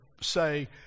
say